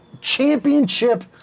championship